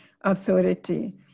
authority